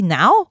now